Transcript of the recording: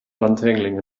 untangling